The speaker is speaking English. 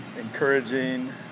encouraging